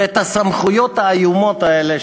ואת הסמכויות האיומות האלה,